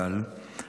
זכרו לברכה,